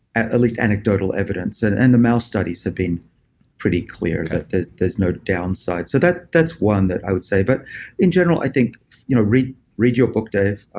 at at least anecdotal evidence. and and the mouse studies have been pretty clear that there's there's no downside. so that's one that i would say but in general, i think you know read read your book, dave.